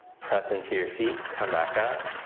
press into your feet, come back up.